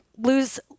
lose